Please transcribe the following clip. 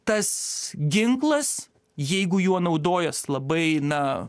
tas ginklas jeigu juo naudojas labai na